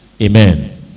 Amen